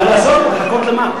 למה?